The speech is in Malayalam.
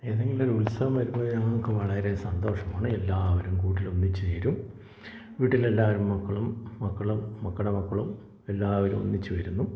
ഏതെങ്കിലും ഒരു ഉത്സവം വരുമ്പോൾ ഞങ്ങൾക്ക് വളരെ സന്തോഷമാണ് എല്ലാവരും കൂടി ഒന്നിച്ച് ചേരും വീട്ടിലെല്ലാവരും മക്കളും മക്കളുടെ മക്കളുടെ മക്കളും എല്ലാവരും ഒന്നിച്ച് വരുന്നു